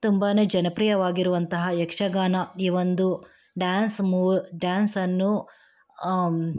ತುಂಬ ಜನಪ್ರಿಯವಾಗಿರುವಂತಹ ಯಕ್ಷಗಾನ ಈವೊಂದು ಡ್ಯಾನ್ಸ್ ಮೂ ಡ್ಯಾನ್ಸನ್ನೂ